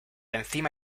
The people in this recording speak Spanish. encima